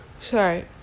sorry